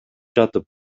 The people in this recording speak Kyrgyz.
жатып